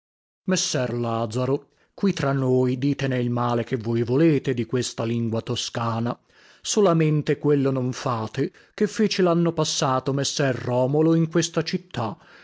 messer lazaro qui tra noi ditene il male che voi volete di questa lingua toscana solamente quello non fate che fece lanno passato messer romolo in questa città